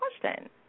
question